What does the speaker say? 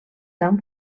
tan